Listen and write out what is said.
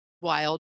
wild